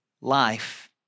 Life